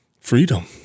freedom